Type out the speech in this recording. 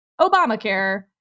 Obamacare